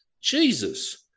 Jesus